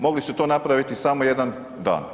Mogli su to napraviti samo jedan dan.